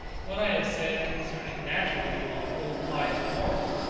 what i have said concerning natural evil will apply to moral,